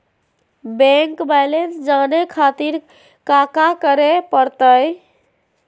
Bank balance जाने खातिर काका करे पड़तई?